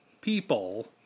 people